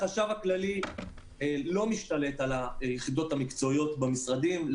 החשב הכללי לא משתלט על היחידות המקצועיות במשרדים,